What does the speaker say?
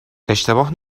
اشتباه